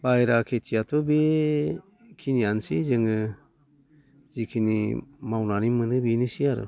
बाहेरा खेथियाथ' बेखिनियानोसै जोङो जाखिनि मावनानै मोनो बेनोसै आरो